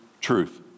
truth